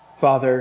Father